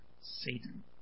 Satan